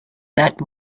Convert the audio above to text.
that